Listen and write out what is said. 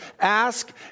ask